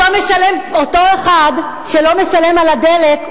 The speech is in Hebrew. אותו אחד שלא משלם על הדלק,